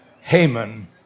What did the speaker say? Haman